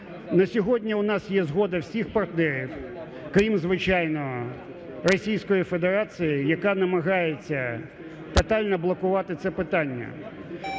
На сьогодні у нас є згода всіх партнерів, крім, звичайно, Російської Федерації, яка намагається тотально блокувати це питання.